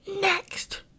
Next